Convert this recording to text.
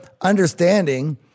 understanding